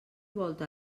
volta